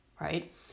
right